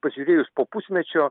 pasižiūrėjus po pusmečio